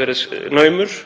verið naumur.